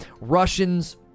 Russians